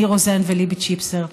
ניר רוזן וליבי צ'יפסר,